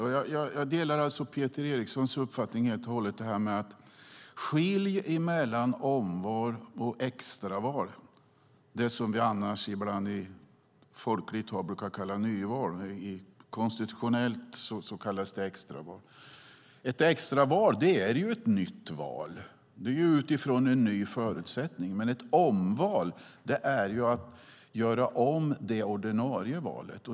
Jag delar Peter Erikssons uppfattning att man ska skilja mellan omval och extraval, det som vi i folkligt tal brukar kalla nyval. Konstitutionellt kallas det extraval. Ett extraval är ett nytt val. Det sker utifrån en ny förutsättning. Ett omval handlar om att göra om det ordinarie valet.